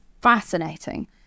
fascinating